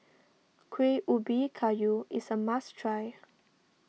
Kuih Ubi Kayu is a must try